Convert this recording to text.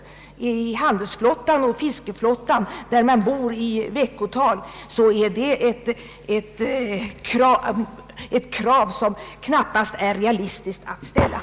Inom handelsflottan och fiskeflottan bor man ombord i veckotal, och det gör att ett sådant krav knappast framstår som realistiskt.